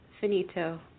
Finito